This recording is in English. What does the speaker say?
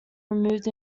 removed